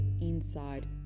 inside